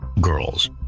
girls